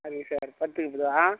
சரிங்க சார் பத்துக்கு பத்து ஆ